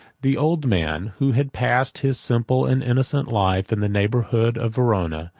the old man, who had passed his simple and innocent life in the neighborhood of verona,